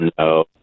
No